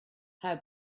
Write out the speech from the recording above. how